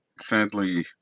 sadly